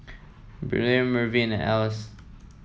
Briley Mervin and Alyce